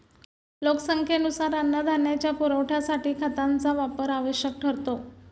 लोकसंख्येनुसार अन्नधान्याच्या पुरवठ्यासाठी खतांचा वापर आवश्यक ठरतो